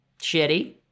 shitty